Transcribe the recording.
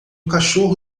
cachorro